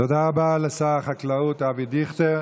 תודה רבה לשר החקלאות אבי דיכטר.